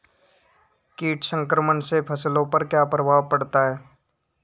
कीट संक्रमण से फसलों पर क्या प्रभाव पड़ता है?